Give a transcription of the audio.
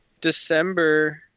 December